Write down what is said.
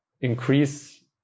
increase